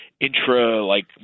intra-like